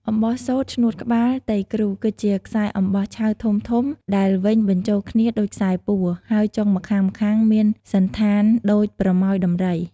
អំបោះសូត្រឈ្នួតក្បាល "ទៃគ្រូ" គឺជាខ្សែអំបោះឆៅធំៗដែលវេញបញ្ចូលគ្នាដូចខ្សែពួរ ហើយចុងម្ខាងៗមានសណ្ឋានដូចប្រមោយដំរី។